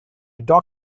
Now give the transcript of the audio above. dog